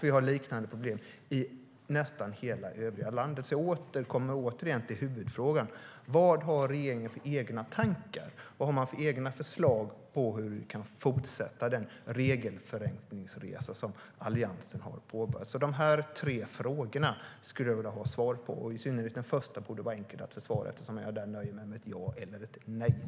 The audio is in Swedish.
Vi har liknande problem i nästan hela övriga landet. Dessa frågor skulle jag vilja ha svar på. I synnerhet den första borde vara enkel att besvara eftersom jag där nöjer mig med ett ja eller ett nej.